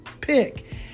pick